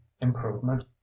improvement